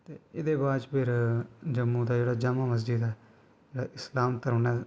ते एह्दे बाद च फिर जम्मू दा जेह्ड़ा जामा मस्जिद ऐ इस्लाम धरम ने